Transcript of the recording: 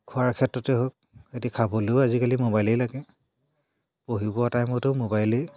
খোৱাৰ ক্ষেত্ৰতে হওক সিহঁতে খাবলৈও আজিকালি মোবাইলেই লাগে পঢ়িব টাইমতো মোবাইলেই